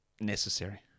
necessary